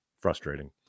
frustrating